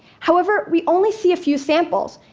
however, we only see a few samples,